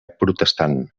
protestant